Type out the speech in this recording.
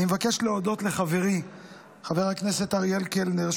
אני מבקש להודות לחברי חבר הכנסת אריאל קלנר,